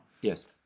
Yes